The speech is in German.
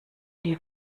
die